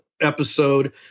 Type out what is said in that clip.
episode